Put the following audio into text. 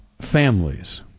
families